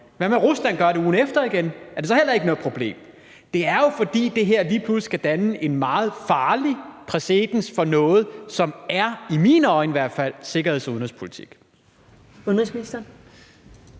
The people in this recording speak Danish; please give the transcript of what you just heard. Hvad hvis Rusland gør det ugen efter igen – er det så heller ikke noget problem? Det er jo, fordi det her lige pludselig kan danne en meget farlig præcedens for noget, som i hvert fald i mine øjne er sikkerheds- og udenrigspolitik.